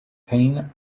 payne